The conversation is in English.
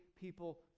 people